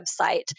website